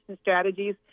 strategies